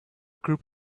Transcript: group